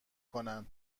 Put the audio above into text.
کنن